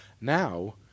now